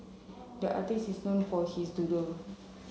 the artist is known for his doodle